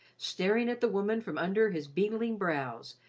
staring at the woman from under his beetling brows,